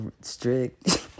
strict